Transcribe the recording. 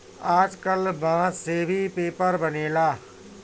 आजकल बांस से भी पेपर बनेला